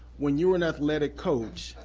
when you're an athletic coach,